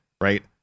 right